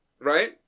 right